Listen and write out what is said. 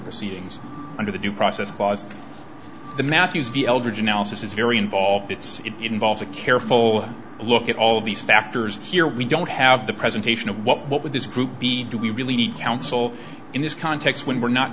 proceedings under the due process clause of the matthews v eldridge analysis is very involved it's it involves a careful look at all of these factors here we don't have the presentation of what what with this group b do we really need counsel in this context when we're not